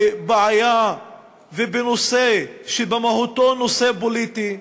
בבעיה ובנושא שבמהותו הוא נושא פוליטי.